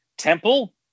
temple